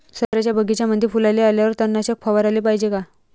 संत्र्याच्या बगीच्यामंदी फुलाले आल्यावर तननाशक फवाराले पायजे का?